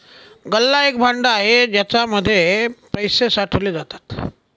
गल्ला एक भांड आहे ज्याच्या मध्ये पैसे साठवले जातात